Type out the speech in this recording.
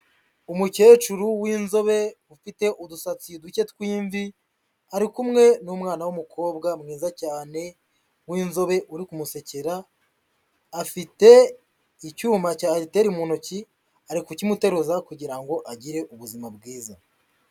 Umukecuru w'inzobe ufite udusatsi duke twimvi ari kumwe n'umwana w'umukobwa mwiza cyane w'inzobe uri kumusekera, afite icyuma cyariteri mu ntoki, ari kukimuteruza kugira ngo agire ubuzima bwiza.